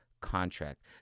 contract